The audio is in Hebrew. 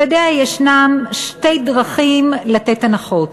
אתה יודע שיש שתי דרכים לתת הנחות: